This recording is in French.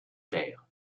terres